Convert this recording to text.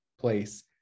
place